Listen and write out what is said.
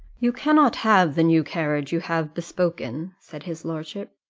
you cannot have the new carriage you have bespoken, said his lordship.